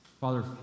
Father